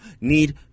Need